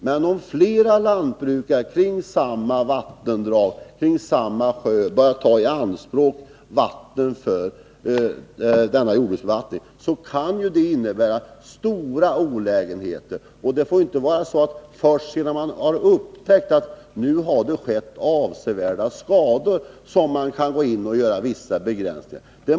Men om flera lantbrukare kring samma sjö eller vattendrag börjar ta i anspråk vatten för jordbruksbevattning, kan det medföra stora olägenheter. Det får inte vara så att man kan gå in och göra vissa begränsningar först sedan man har upptäckt att det har skett avsevärda skador.